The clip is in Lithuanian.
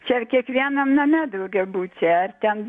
čia kiekvienam name daugiabučia ar ten